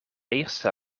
eerste